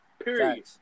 Period